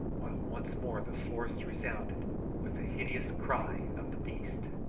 while once more the forest resounded with the hideous cry of the beast.